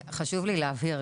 חשוב לי להבהיר,